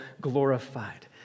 glorified